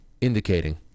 indicating